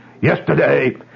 yesterday